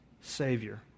Savior